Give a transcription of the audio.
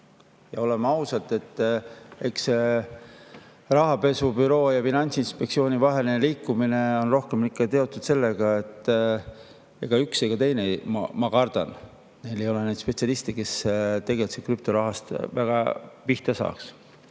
Ja oleme ausad, eks see rahapesubüroo ja Finantsinspektsiooni vaheline liikumine on rohkem ikka seotud sellega, et ei üks ega teine, ma kardan, ei ole spetsialist, kes tegelikult krüptorahale pihta saaks.